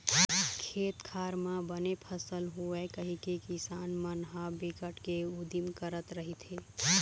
खेत खार म बने फसल होवय कहिके किसान मन ह बिकट के उदिम करत रहिथे